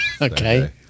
Okay